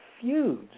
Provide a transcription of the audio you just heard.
feuds